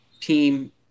team